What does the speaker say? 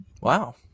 Wow